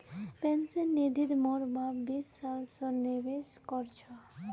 pension निधित मोर बाप बीस साल स निवेश कर छ